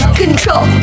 control